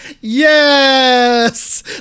Yes